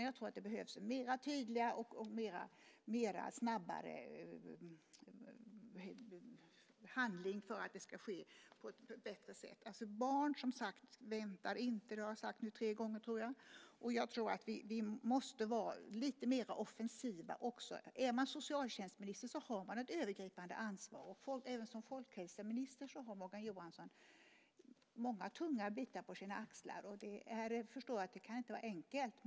Jag tror att det snabbare behövs mer tydlig handling för att det ska ske på ett bättre sätt. Barn väntar inte, vilket jag har sagt tre gånger nu, tror jag. Vi måste vara lite mer offensiva. Är man socialtjänstminister har man ett övergripande ansvar. Och även som folkhälsominister har Morgan Johansson många tunga bitar på sina axlar. Jag förstår att det inte kan vara enkelt.